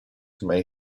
may